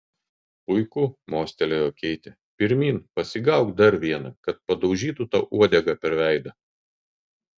puiku mostelėjo keitė pirmyn pasigauk dar vieną kad padaužytų tau uodega per veidą